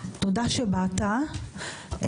תודה שבאתה,